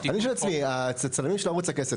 אני שואל את עצמי: הצלמים של ערוץ הכנסת,